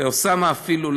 ואוסאמה אפילו,